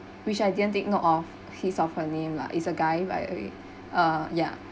which I didn't take note of his or her name lah it's a guy like uh ya